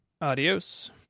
Adios